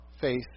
faith